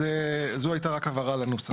זו הייתה רק הבהרה לנוסח.